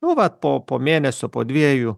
nu vat po mėnesio po dviejų